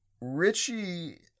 richie